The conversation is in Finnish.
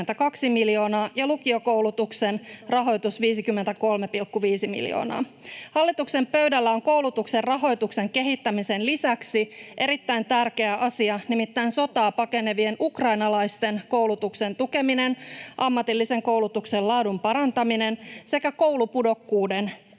ja lukiokoulutuksen rahoitus 53,5 miljoonaa. Hallituksen pöydällä on koulutuksen rahoituksen kehittämisen lisäksi erittäin tärkeä asia, nimittäin sotaa pakenevien ukrainalaisten koulutuksen tukeminen, ammatillisen koulutuksen laadun parantaminen sekä koulupudokkuuden ehkäiseminen.